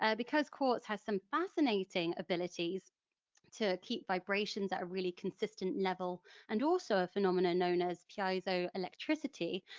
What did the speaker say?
ah because quartz has some fascinating abilities to keep vibrations at a really consistent level and also a phenomena known as piezoelectricity,